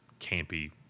campy